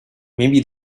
maybe